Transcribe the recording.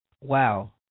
Wow